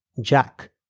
Jack